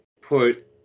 put